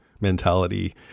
mentality